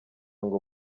ngo